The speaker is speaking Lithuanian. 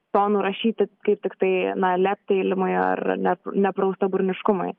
to nurašyti kaip tiktai na leptelėjimui ar net nepraustaburniškumui